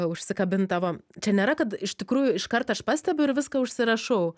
užsikabint tavo čia nėra kad iš tikrųjų iškart aš pastebiu ir viską užsirašau